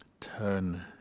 turn